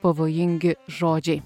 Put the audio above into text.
pavojingi žodžiai